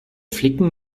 flicken